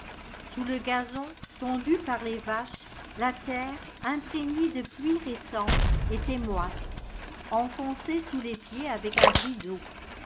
sous le gazon tondu par les vaches la terre imprégnée de pluie récente était moite enfonçait sous les pieds avec un bruit d'eau